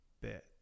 bit